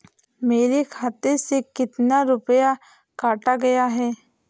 मेरे खाते से कितना रुपया काटा गया है?